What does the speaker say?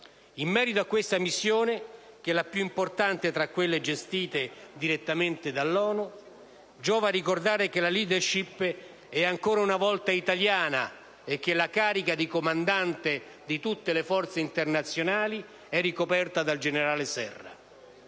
In merito a questa missione, che è la più importante tra quelle gestite direttamente dall'ONU, giova ricordare che la *leadership* è ancora una volta italiana e che la carica di comandante di tutte le forze internazionali è ricoperta dal generale Serra.